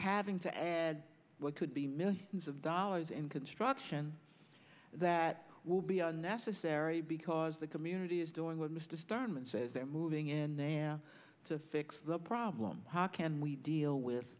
having to add what could be millions of dollars in construction that would be unnecessary because the community is doing well mr stern says they're moving in there to fix the problem how can we deal with